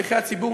שליחי הציבור,